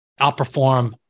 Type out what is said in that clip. outperform